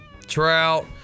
trout